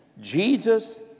Jesus